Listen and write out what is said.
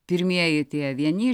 pirmieji tie vieni iš